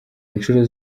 inshuro